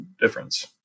difference